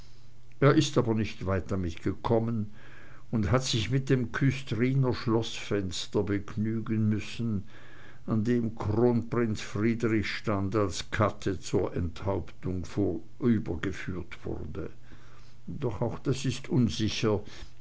er ist aber nicht weit damit gekommen und hat sich mit dem küstriner schloßfenster begnügen müssen an dem kronprinz friedrich stand als katte zur enthauptung vorübergeführt wurde doch auch das ist unsicher